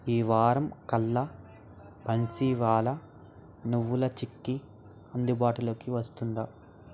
ఈ వారం కల్లా బన్సీవాలా నువ్వుల చిక్కీ అందుబాటులోకి వస్తుందా